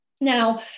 Now